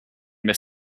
this